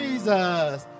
Jesus